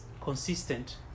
consistent